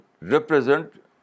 represent